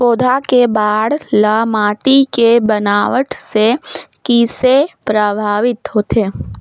पौधा के बाढ़ ल माटी के बनावट से किसे प्रभावित होथे?